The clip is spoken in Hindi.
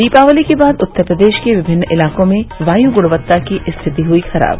दीपावली के बाद उत्तर भारत के विभिन्न इलाकों में वायु गुणवत्ता की स्थिति हुई खराब